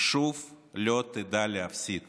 ושוב לא תדע להפסיד